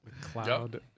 Cloud